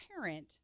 parent